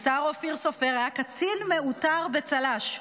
השר אופיר סופר היה קצין מעוטר בצל"ש,